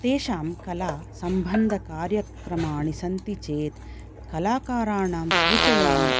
तेषां कलासम्बन्धकार्यक्रमाणि सन्ति चेत् कलाकाराणां सूचयामि